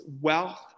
wealth